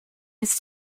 his